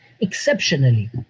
exceptionally